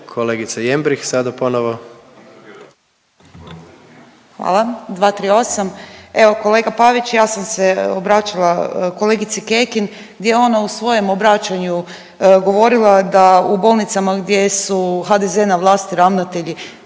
ponovo. **Jembrih, Ljubica (HDZ)** Hvala. 238., evo kolega Pavić ja sam se obraćala kolegici Kekin, gdje je ona u svojem obraćanju govorila da u bolnicama gdje su HDZ na vlasti ravnatelji,